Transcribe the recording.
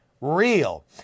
real